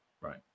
right